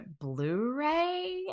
blu-ray